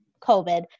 COVID